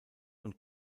und